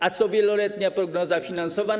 A co z wieloletnią prognozą finansową?